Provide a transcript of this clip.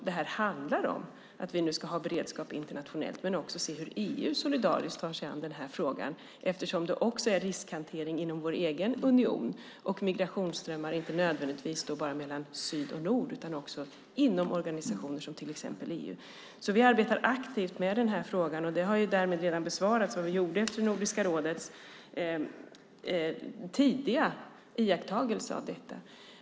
Det här handlar ju om att vi nu ska ha beredskap internationellt, men det handlar också om att se hur EU solidariskt tar sig an den här frågan. Det är ju också riskhantering inom vår egen union. Och det är migrationsströmmar inte nödvändigtvis bara mellan syd och nord utan också inom organisationer som till exempel EU. Vi arbetar alltså aktivt med den här frågan. Därmed har jag redan svarat på vad vi gjorde efter Nordiska rådets tidiga iakttagelse av detta.